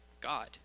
God